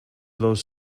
those